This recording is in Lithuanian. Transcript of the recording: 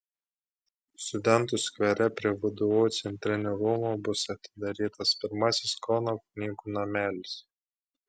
studentų skvere prie vdu centrinių rūmų bus atidarytas pirmasis kauno knygų namelis